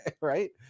right